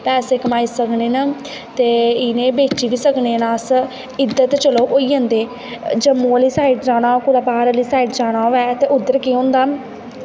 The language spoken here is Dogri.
पैसे कमाई सकने न ते इ'नें गी बेची बी सकने न अस इद्धर ते चलो होई जंदे जम्मू आह्ली साईड़ जाना कुदै बाह्र आह्ली साईड़ जाना होऐ ते उद्धर केह् होंदा